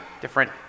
different